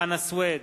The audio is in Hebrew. חנא סוייד,